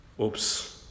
Oops